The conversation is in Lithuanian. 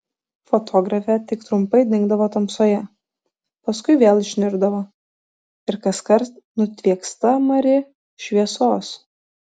fotografė tik trumpai dingdavo tamsoje paskui vėl išnirdavo ir kaskart nutvieksta mari šviesos